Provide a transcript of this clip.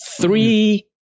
three